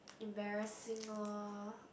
embarrassing loh